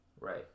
right